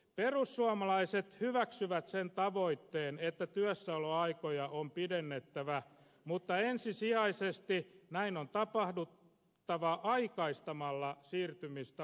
perussuomalaiset hyväksyvät sen tavoitteen että työssäoloaikoja on pidennettävä mutta ensisijaisesti näin on tapahduttava aikaistamalla siirtymistä opiskelusta työelämään